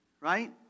right